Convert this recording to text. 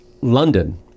London